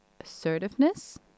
assertiveness